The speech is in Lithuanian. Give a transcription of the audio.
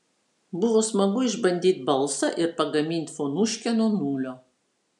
buvo smagu išbandyt balsą ir pagamint fonuškę nuo nulio